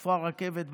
איפה הרכבת בצפון?